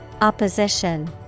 Opposition